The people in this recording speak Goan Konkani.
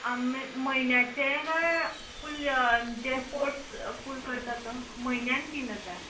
आं माय म्हयन्याचे काय फूल य जे कोण फूल करता तो म्हयन्याक तीन हजार